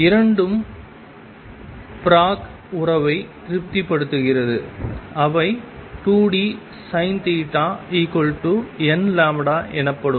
இரண்டும் ப்ராக் உறவை திருப்திப்படுத்துகிறது அவை 2dSinθnλஎனப்படும்